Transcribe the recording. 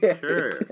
Sure